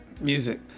music